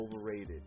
Overrated